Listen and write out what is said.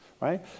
right